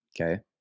Okay